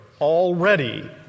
already